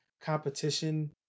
competition